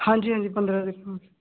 ਹਾਂਜੀ ਹਾਂਜੀ ਪੰਦਰਾਂ ਤਰੀਕ ਨੂੰ